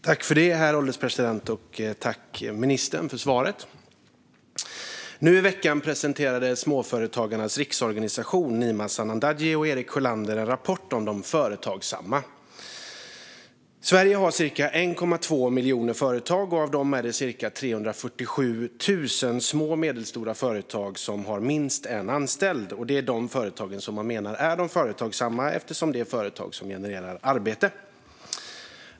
Herr ålderspresident! Tack för svaret, ministern! Nu i veckan presenterade Småföretagarnas Riksförbund en rapport av Nima Sanandaji och Erik Sjölander med titeln De Företagsamma 2021 . Sverige har cirka 1,2 miljoner företag, och av dem är det cirka 347 000 små och medelstora företag som har minst en anställd. Det är de företag man menar är de företagsamma, eftersom det är företag som genererar arbete.